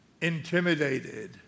intimidated